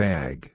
Bag